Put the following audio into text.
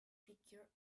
figure